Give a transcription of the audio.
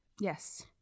yes